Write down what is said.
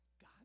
God